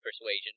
Persuasion